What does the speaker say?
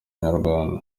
inyarwanda